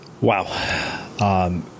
Wow